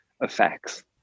effects